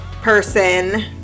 person